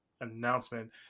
Announcement